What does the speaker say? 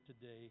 today